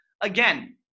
again